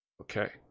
Okay